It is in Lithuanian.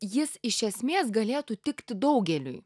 jis iš esmės galėtų tikti daugeliui